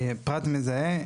פרט מזהה,